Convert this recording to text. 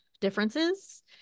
differences